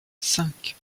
cinq